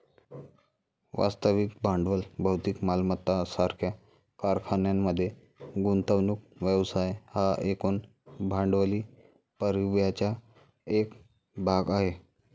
वास्तविक भांडवल भौतिक मालमत्ता सारख्या कारखान्यांमध्ये गुंतवणूक व्यवसाय हा एकूण भांडवली परिव्ययाचा एक भाग आहे